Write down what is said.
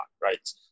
right